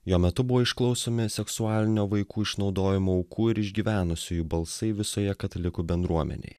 jo metu buvo išklausomi seksualinio vaikų išnaudojimo aukų ir išgyvenusiųjų balsai visoje katalikų bendruomenėj